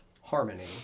harmony